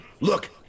Look